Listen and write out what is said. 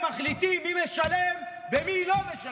הם מחליטים מי משלם ומי לא משלם.